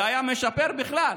זה היה משפר בכלל.